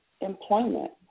employment